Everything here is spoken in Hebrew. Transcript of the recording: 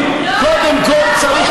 בוא: קום תתפטר מחר,